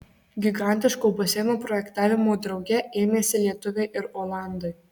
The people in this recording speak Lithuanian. gigantiško baseino projektavimo drauge ėmėsi lietuviai ir olandai